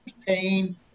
pain